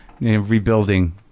rebuilding